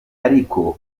ariko